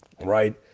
right